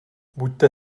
buďte